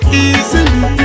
easily